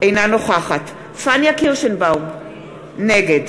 אינה נוכחת פניה קירשנבאום, נגד